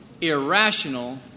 irrational